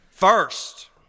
First